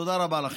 תודה רבה לכם.